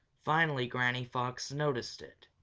finally granny fox noticed it.